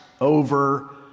over